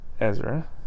Ezra